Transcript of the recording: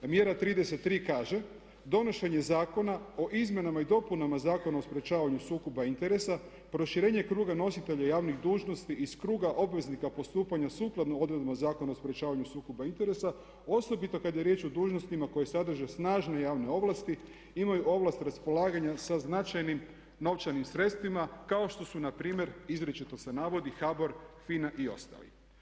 Mjera 33. kaže, donošenje Zakona o izmjenama i dopunama Zakona o sprječavanju sukoba interesa, proširenje kruga nositelja javnih dužnosti iz kruga obveznika postupanja sukladno odredbama Zakona o sprječavanju sukoba interesa osobito kada je riječ o dužnostima koje sadrže snažne javne ovlasti imaju ovlast raspolaganja sa značajnim novčanim sredstvima kao što su npr. izričito se navodi, HBOR, FINA i ostali.